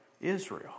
Israel